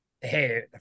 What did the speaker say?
hey